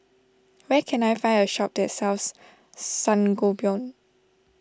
where can I find a shop that sells Sangobion